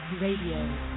Radio